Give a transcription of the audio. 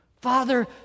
Father